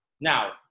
Now